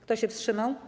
Kto się wstrzymał?